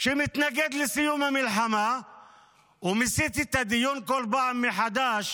שמתנגד לסיום המלחמה ומסיט את הדיון כל פעם מחדש